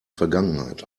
vergangenheit